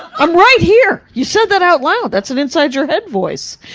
i'm right here! you said that out loud. that's an inside your head voice.